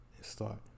start